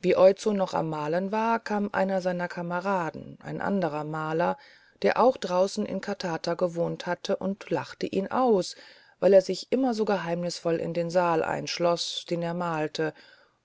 wie oizo noch am malen war kam einer seiner kameraden ein anderer maler der auch draußen in katata gewohnt hatte und lachte ihn aus weil er sich immer so geheimnisvoll in den saal einschloß den er malte